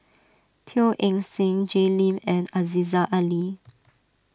Teo Eng Seng Jay Lim and Aziza Ali